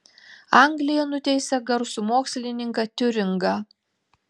anglija nuteisė garsų mokslininką tiuringą